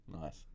Nice